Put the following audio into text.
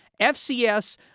fcs